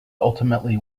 ultimately